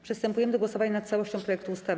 Przystępujemy do głosowania nad całością projektu ustawy.